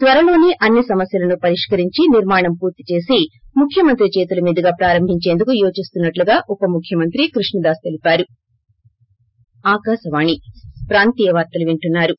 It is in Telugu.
త్వరలోనే అన్ని సమస్వలను పరిష్కరించి నిర్మాణం పూర్తి చేసి ముఖ్యమంత్రి చేతుల మీదుగా ప్రారంభించేందుకు యోచీస్తున్న ట్లు ఉప ముఖ్యమంత్రి కృష్ణదాస్ పేర్కొన్నారు